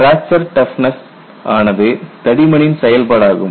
fracture toughness ஆனது தடிமனின் செயல்பாடாகும்